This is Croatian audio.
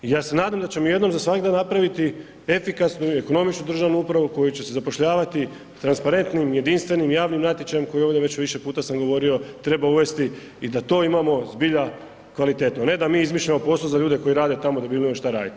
I ja se nadam da ćemo jednom za svagda napraviti efikasnu i ekonomičnu državnu upravu u koju će se zapošljavati transparentnim i jedinstvenim javnim natječajem koji ovdje već više puta sam govorio treba uvesti i da to imamo zbilja kvalitetno, ne da mi izmišljamo poso za ljude koji rade tamo da bi imali šta radit.